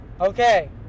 Okay